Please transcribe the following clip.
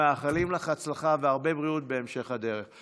ומאחלים לך הצלחה והרבה בריאות בהמשך הדרך.